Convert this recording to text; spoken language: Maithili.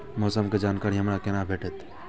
मौसम के जानकारी हमरा केना भेटैत?